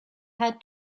had